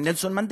עם נלסון מנדלה.